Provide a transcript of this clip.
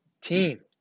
team